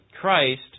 Christ